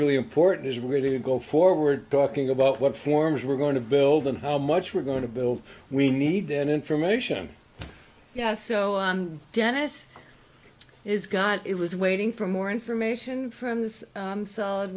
really important is really to go forward talking about what forms we're going to build and how much we're going to build we need then information yes so on dennis it is god it was waiting for more information from this solid